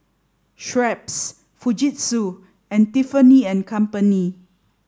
Schweppes Fujitsu and Tiffany and Company